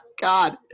god